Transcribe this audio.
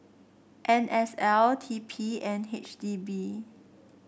N S L T P and H D B